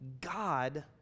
God